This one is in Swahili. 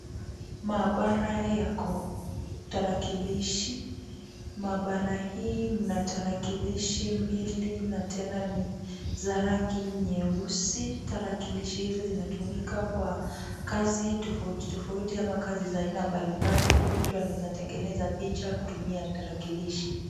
Maabara ya ko, tarakilishi, maabara hii mna tarakilishi mbili na tena ni za rangi nyeusi. Tarakilishi hizi zinatumika kwa kazi tofauti tofauti ama kazi za aina mbalimbali, mtu anaweza tengeneza picha kutumia tarakilishi.